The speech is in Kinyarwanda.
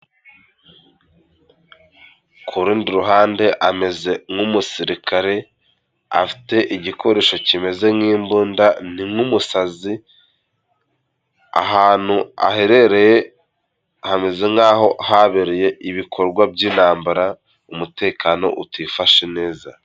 Ku rundi ruhande ameze nk'umusirikare, afite igikoresho kimeze nk'imbunda ni nk'umusazi, ahantu aherereye hameze nk'aho habereye ibikorwa by'intambara umutekano utifashe neza.